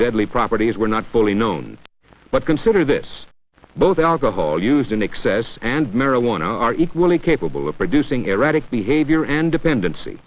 deadly properties were not fully known but consider this both alcohol use in excess and marijuana are equally capable of producing erratic behavior and dependency